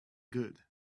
good